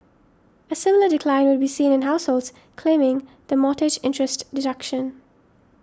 a similar decline would be seen in households claiming the mortgage interest deduction